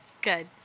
Good